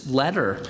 letter